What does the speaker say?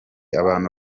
abantu